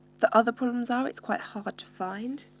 the other problems are it's quite hard to find.